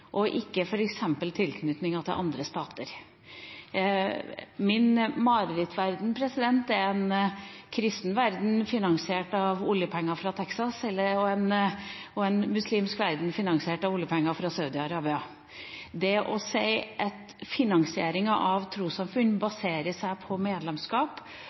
en kristen verden finansiert av oljepenger fra Texas og en muslimsk verden finansiert av oljepenger fra Saudi-Arabia. Det at finansieringen av trossamfunn baserer seg på medlemskap,